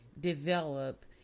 develop